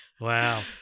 Wow